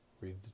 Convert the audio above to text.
read